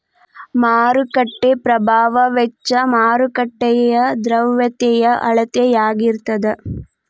ಮಾರುಕಟ್ಟೆ ಪ್ರಭಾವ ವೆಚ್ಚ ಮಾರುಕಟ್ಟೆಯ ದ್ರವ್ಯತೆಯ ಅಳತೆಯಾಗಿರತದ